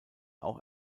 auch